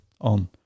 on